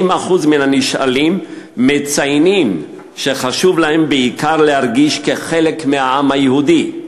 30% מן הנשאלים ציינו שחשוב להם בעיקר להרגיש חלק מהעם היהודי,